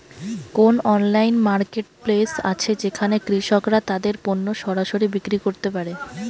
কোন online marketplace আছে যেখানে কৃষকরা তাদের পণ্য সরাসরি বিক্রি করতে পারে?